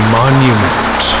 monument